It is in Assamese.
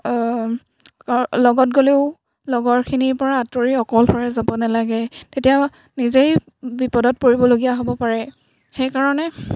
লগত গ'লেও লগৰখিনিৰ পৰা আঁতৰি অকলশৰে যাব নালাগে তেতিয়া নিজেই বিপদত পৰিবলগীয়া হ'ব পাৰে সেইকাৰণে